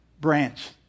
branch